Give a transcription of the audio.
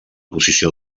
posició